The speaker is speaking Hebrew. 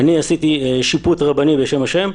עשיתי שיפוט רבני בשם השם.